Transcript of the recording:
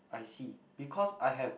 I see because I have